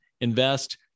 invest